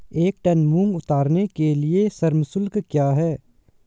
एक टन मूंग उतारने के लिए श्रम शुल्क क्या है?